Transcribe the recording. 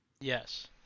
Yes